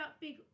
big